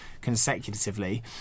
consecutively